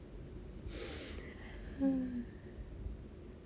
mm